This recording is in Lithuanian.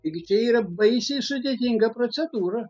taigi čia yra baisiai sudėtinga procedūra